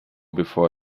before